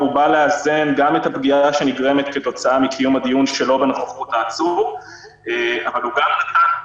אנחנו ניהלנו מאבק ככל יכולתנו בעניין זה וחשבנו שהוא לא נכון.